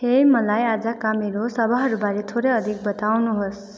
हेइ मलाई आजका मेरा सभाहरूबारे थोरै अधिक बताउनुहोस्